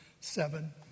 seven